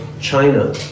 China